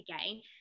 again